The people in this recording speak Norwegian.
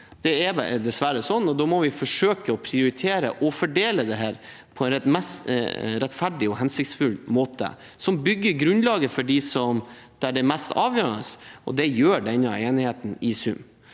det er dessverre slik. Da må vi forsøke å prioritere og fordele dette på en rettferdig og hensiktsmessig måte, som bygger grunnlaget for dem det er mest avgjørende for. Det gjør denne enigheten i sum.